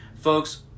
Folks